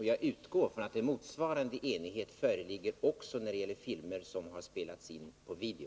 Jag utgår från att en motsvarande enighet föreligger också när det gäller filmer som har spelats in på video.